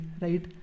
right